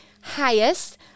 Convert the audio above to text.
highest